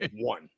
One